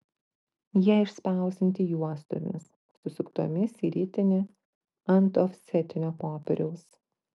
jie išspausdinti juostomis susuktomis į ritinį ant ofsetinio popieriaus